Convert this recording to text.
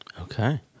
Okay